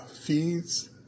Feeds